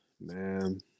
man